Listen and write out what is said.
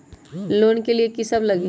Loan लिए की सब लगी?